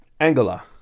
Angola